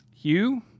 Hugh